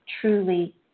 truly